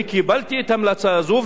אני קיבלתי את ההמלצה הזאת,